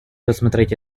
рассмотреть